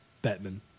Batman